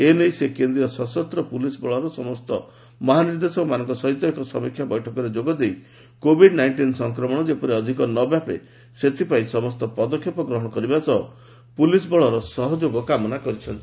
ଏ ନେଇ ସେ କେନ୍ଦ୍ରୀୟ ସଶସ୍ତ ପୁଲିସ୍ ବଳର ସମସ୍ତ ମହାନିର୍ଦ୍ଦେଶକମାନଙ୍କ ସହିତ ଏକ ସମୀକ୍ଷା ବୈଠକରେ ଯୋଗଦେଇ କୋଭିଡ୍ ନାଇଷ୍ଟିନ୍ ସଂକ୍ରମଣ ଯେପରି ଅଧିକ ନ ବ୍ୟାପେ ସେଥିପାଇଁ ସମସ୍ତ ପଦକ୍ଷେପ ଗ୍ରହଣ କରିବା ସହ ପୁଲିସ୍ ବଳର ସହଯୋଗ କାମନା କରିଛନ୍ତି